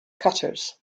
cutters